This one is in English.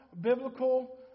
biblical